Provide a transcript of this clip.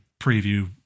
preview